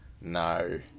No